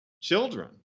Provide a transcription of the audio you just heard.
children